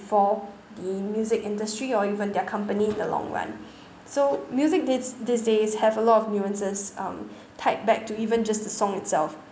for the music industry or even their company in the long run so music these these days have a lot of nuances um tied back to even just the song itself